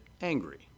angry